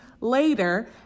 later